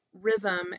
rhythm